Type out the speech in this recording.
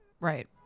Right